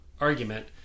argument